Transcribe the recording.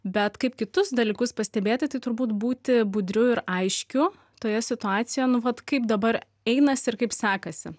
bet kaip kitus dalykus pastebėti tai turbūt būti budriu ir aiškiu toje situacijoje nu vat kaip dabar einasi ir kaip sekasi